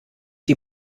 die